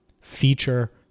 feature